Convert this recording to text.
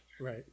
Right